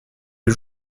les